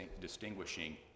distinguishing